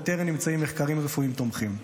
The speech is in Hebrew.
וטרם נמצאו מחקרים רפואיים תומכים.